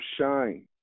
shine